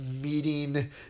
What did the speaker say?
Meeting